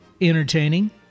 entertaining